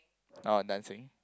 ah dancing